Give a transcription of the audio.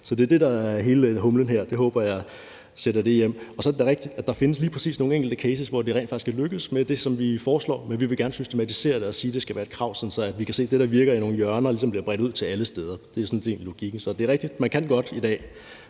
der er hele humlen her. Det håber jeg bringer pointen hjem. Så er det da rigtigt, at der lige præcis findes nogle enkelte cases, hvor man rent faktisk er lykkedes med det, vi foreslår, men vi vil gerne systematisere det og sige, at det skal være et krav, sådan at vi kan se, at det, der virker i nogle hjørner, ligesom bliver bredt ud til alle steder. Det er sådan set logikken. Så det er rigtigt, at man godt kan